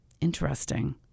Interesting